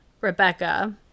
Rebecca